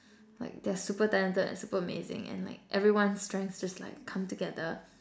like they're like super talented and amazing and everyone's strengths just like come together